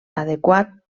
adequat